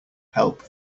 help